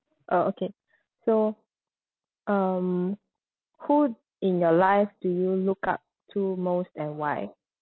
uh okay so um who in your life do you look up to most and why